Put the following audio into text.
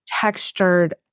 textured